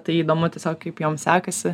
tai įdomu tiesiog kaip jom sekasi